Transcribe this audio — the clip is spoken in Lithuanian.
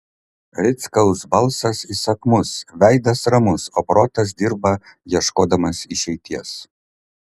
rickaus balsas įsakmus veidas ramus o protas dirba ieškodamas išeities